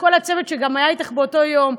כל הצוות שגם היה אתך באותו יום,